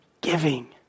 giving